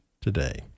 today